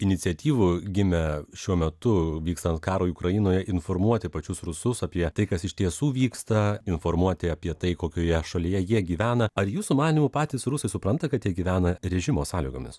iniciatyvų gimė šiuo metu vykstant karui ukrainoje informuoti pačius rusus apie tai kas iš tiesų vyksta informuoti apie tai kokioje šalyje jie gyvena ar jūsų manymu patys rusai supranta kad jie gyvena režimo sąlygomis